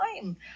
time